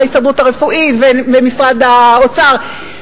וההסתדרות הרפואית ומשרד האוצר,